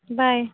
bye